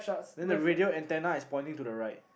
then the radio antenna is pointing to the right